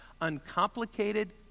uncomplicated